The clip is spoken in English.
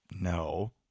No